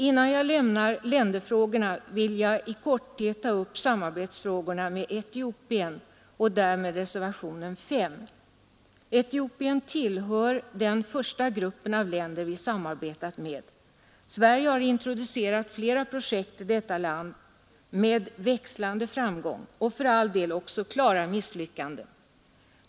Innan jag lämnar länderfrågorna vill jag i korthet ta upp samarbetsfrågorna beträffande Etiopien. Därom handlar reservationen 5. Etiopien tillhör den första gruppen av länder som vi samarbetade med. Sverige har introducerat flera projekt i detta land med växlande framgång — och för all del också med klara misslyckanden.